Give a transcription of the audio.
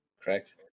correct